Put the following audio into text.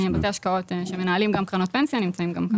בתי השקעות שמנהלים גם קרנות פנסיה נמצאים גם כאן.